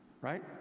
right